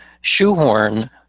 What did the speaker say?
shoehorn